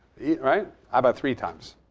right. how about three times?